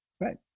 Right